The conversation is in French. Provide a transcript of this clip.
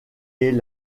est